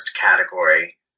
category